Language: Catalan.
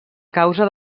causa